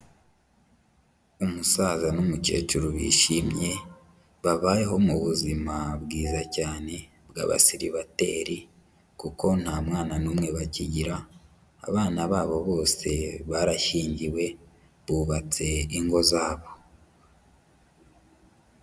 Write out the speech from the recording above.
Umusaza n'umukecuru bishimye, babayeho mu buzima bwiza cyane bw'abasiribateri. Kuko nta mwana n'umwe bakigira, abana babo bose barashyingiwe, bubatse ingo zabo.